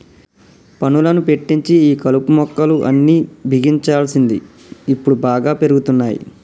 పనులను పెట్టించి ఈ కలుపు మొక్కలు అన్ని బిగించాల్సింది ఇప్పుడు బాగా పెరిగిపోతున్నాయి